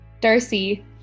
Darcy